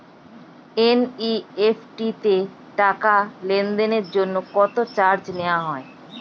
NEFT তে টাকা লেনদেনের জন্য কত চার্জ নেয়া হয়?